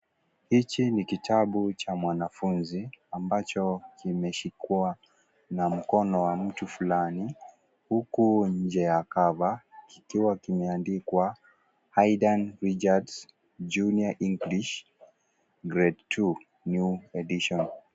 Hichi ni kitabu cha mwanafunzi ambacho kimeshinda na mkono wa mtu fulani huku nje ya kava kikiwa kimeandikwa idan richard junior English grade two new edition.